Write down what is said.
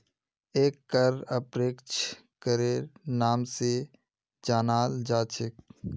एक कर अप्रत्यक्ष करेर नाम स जानाल जा छेक